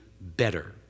better